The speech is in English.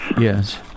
Yes